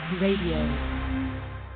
RADIO